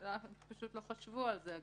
פשוט לא חשבו על זה.